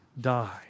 die